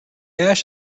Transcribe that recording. ash